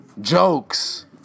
Jokes